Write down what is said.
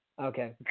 Okay